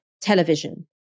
television